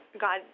God